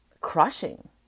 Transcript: crushing